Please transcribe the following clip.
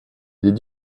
did